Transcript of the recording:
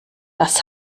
das